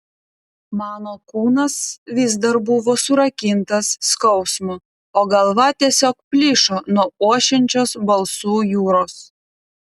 mano kūnas vis dar buvo surakintas skausmo o galva tiesiog plyšo nuo ošiančios balsų jūros